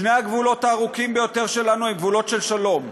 שני הגבולות הארוכים ביותר שלנו הם גבולות של שלום.